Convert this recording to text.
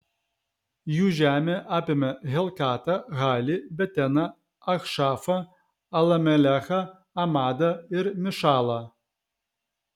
jų žemė apėmė helkatą halį beteną achšafą alamelechą amadą ir mišalą